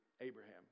Abraham